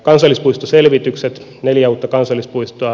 kansallispuistoselvitykset neljä uutta kansallispuistoa